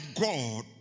God